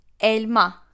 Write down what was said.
Elma